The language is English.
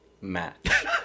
match